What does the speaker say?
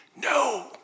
No